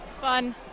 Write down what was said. Fun